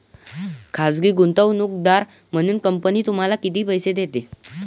खाजगी गुंतवणूकदार म्हणून कंपनी तुम्हाला किती पैसे देते?